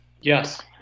Yes